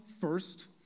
first